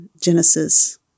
Genesis